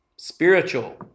Spiritual